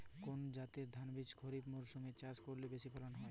কোন জাতের ধানবীজ খরিপ মরসুম এ চাষ করলে বেশি ফলন হয়?